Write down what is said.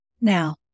Now